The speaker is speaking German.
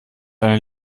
deine